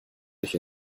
dich